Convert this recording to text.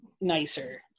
nicer